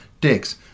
dicks